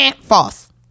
False